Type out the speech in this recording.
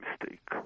mistake